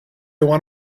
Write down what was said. want